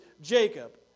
Jacob